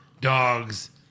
dogs